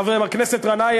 חבר הכנסת גנאים,